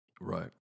Right